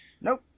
Nope